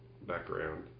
background